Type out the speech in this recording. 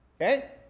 Okay